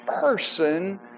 person